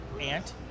aunt